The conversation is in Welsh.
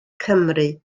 cymru